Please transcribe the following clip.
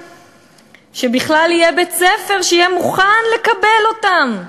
שבכלל יהיה בית-ספר שיהיה מוכן לקבל אותם.